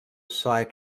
site